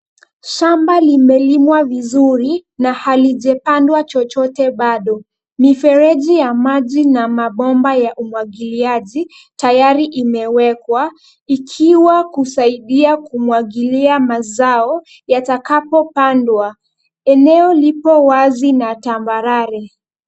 Shamba limelimwa vizuri na, halijapandwa chochote bado. Mifereji ya maji na mabomba ya umwagiliaji, tayari imewekwa, ikiwa kusaidia kumwagilia mazao yatakapopandwa. Eneo lipo wazi na tambarare.